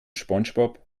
spongebob